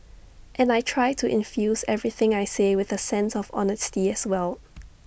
and I try to infuse everything I say with A sense of honesty as well